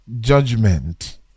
Judgment